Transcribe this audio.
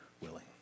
willing